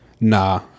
nah